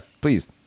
please